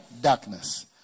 darkness